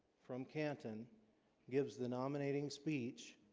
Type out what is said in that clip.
from canton gives the nominating speech